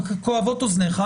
אוזניך כואבות.